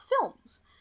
films